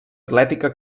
atlètica